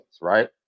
right